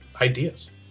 ideas